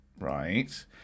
right